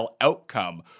outcome